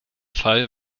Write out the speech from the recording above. fall